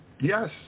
Yes